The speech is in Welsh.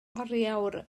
oriawr